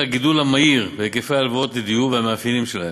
הגידול המהיר בהיקפי ההלוואות לדיור והמאפיינים שלהן,